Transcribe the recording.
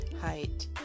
height